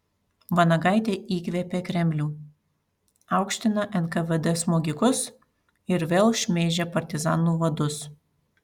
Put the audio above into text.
vanagaitė įkvėpė kremlių aukština nkvd smogikus ir vėl šmeižia partizanų vadus